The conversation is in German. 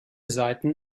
seiten